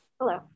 Hello